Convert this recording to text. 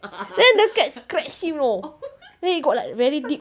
then the cat scratched him you know then he got like very deep